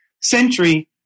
century